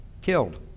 killed